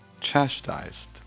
chastised